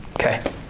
Okay